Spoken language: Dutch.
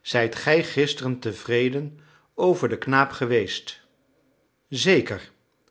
zijt gij gisteren tevreden over den knaap geweest zeker